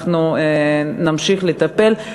אנחנו נמשיך לטפל.